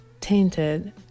tainted